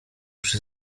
przy